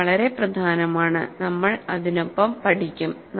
ഇത് വളരെ പ്രധാനമാണ് നമ്മൾ അതിനൊപ്പം പഠിക്കും